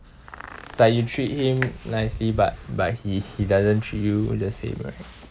it's like you treat him nicely but but he he doesn't treat you the same right